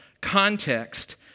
context